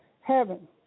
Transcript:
heaven